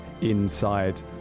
inside